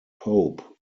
pope